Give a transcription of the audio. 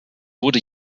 wurde